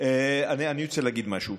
אני רוצה להגיד משהו.